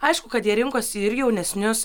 aišku kad jie rinkosi ir jaunesnius